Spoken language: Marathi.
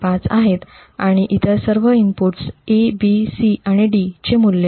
5 आहेत आणि इतर सर्व इनपुट A B C आणि D चे मूल्य 0